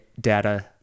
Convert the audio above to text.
data